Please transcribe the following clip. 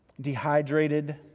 dehydrated